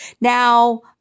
Now